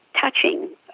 touching